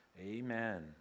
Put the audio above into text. Amen